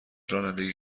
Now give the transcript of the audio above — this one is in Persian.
رانندگی